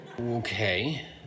Okay